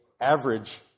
average